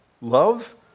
love